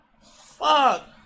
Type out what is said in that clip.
Fuck